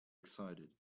excited